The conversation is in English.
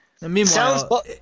Meanwhile